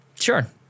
sure